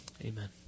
Amen